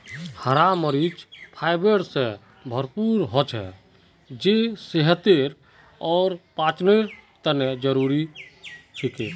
हरा मरीच फाइबर स भरपूर हछेक जे सेहत और पाचनतंत्रेर तने जरुरी छिके